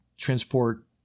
transport